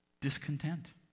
Discontent